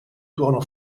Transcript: tuono